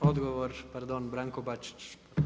Odgovor, pardon Branko Bačić.